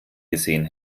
gesehen